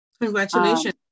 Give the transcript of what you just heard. Congratulations